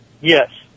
Yes